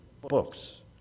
books